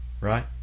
right